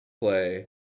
play